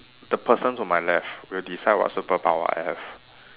the person to my left will decide what superpower I have